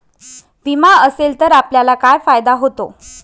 विमा असेल तर आपल्याला काय फायदा होतो?